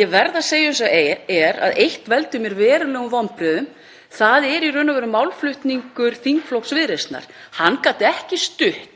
Ég verð að segja eins og er að eitt veldur mér verulegum vonbrigðum, það er í raun og veru málflutningur þingflokks Viðreisnar. Hann gat ekki stutt